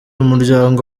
umuryango